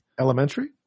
elementary